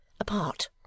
apart